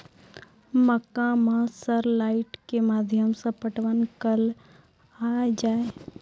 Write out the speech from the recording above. मक्का मैं सर लाइट के माध्यम से पटवन कल आ जाए?